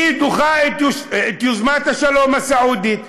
היא דוחה את יוזמת השלום הסעודית.